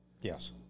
Yes